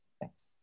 Thanks